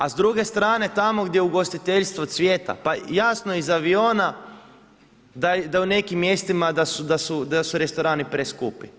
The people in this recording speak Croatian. A s druge strane tamo gdje ugostiteljstvo cvjeta pa jasno je iz aviona da u nekim mjestima da su restorani preskupi.